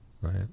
Right